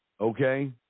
okay